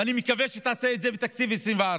ואני מקווה שתעשה את זה בתקציב 2024,